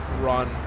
run